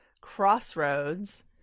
Crossroads